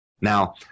Now